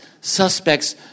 suspects